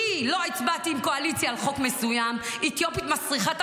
כי לא הצבעתי עם קואליציה על חוק מסוים: אתיופית מסריחה,